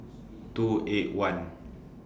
two eight one